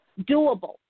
doable